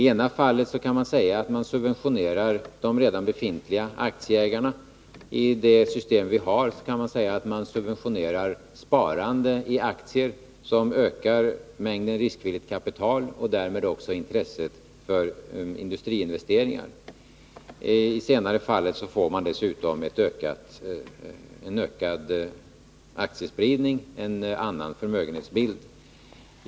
Man kan säga att man i det ena fallet subventionerar de redan befintliga aktieägarna och att man med det system vi har subventionerar sparande i aktier, som ökar mängden riskvilligt kapital och därmed också intresset för industriinvesteringar. I det senaste fallet får man dessutom en ökad aktiespridning och en annan förmögenhetsbildning.